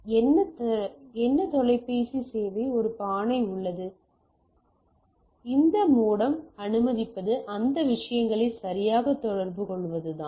எனவே என்ன தொலைபேசி சேவை ஒரு பானை உள்ளது பின்னர் இந்த மோடம் அனுமதிப்பது இந்த விஷயங்களை சரியாக தொடர்புகொள்வதுதான்